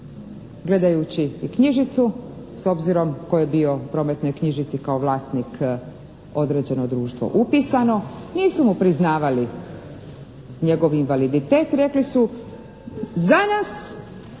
gledajući knjižicu s obzirom tko je bio u prometnoj knjižici kao vlasnik određeno društvo upisano, nisu mu priznavali njegov invaliditet. Rekli su: «Za nas